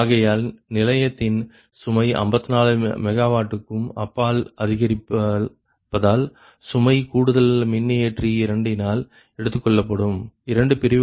ஆகையால் நிலையத்தின் சுமை 54 MW க்கும் அப்பால் அதிகரிப்பதால் சுமை கூடுதல் மின்னியற்றி இரண்டினால் எடுத்துக்கொள்ளப்படும் இரண்டு பிரிவுகளும் λ46